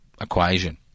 equation